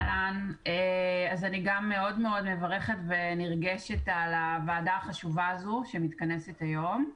אני גם מאוד מאוד מברכת ונרגשת על הוועדה החשובה הזו שמתכנסת היום.